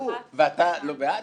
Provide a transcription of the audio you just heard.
ואתה לא בעד?